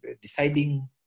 deciding